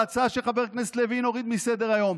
ההצעה שחבר הכנסת לוין הוריד מסדר-היום,